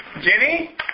Jenny